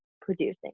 producing